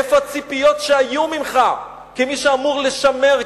איפה הציפיות שהיו ממך כמי שאמור לשמר,